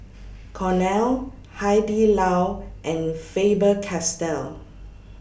Cornell Hai Di Lao and Faber Castell